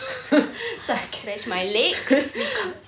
that's my legs